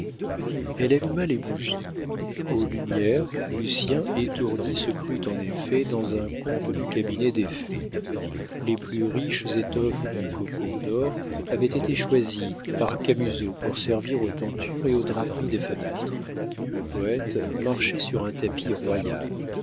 elle alluma les bougies aux lumières lucien étourdi se crut en effet dans un conte du cabinet des fées les plus riches étoffes du cocon dor avaient été choisies par camusot pour servir aux tentures et aux draperies des fenêtres le poète marchait sur un tapis royal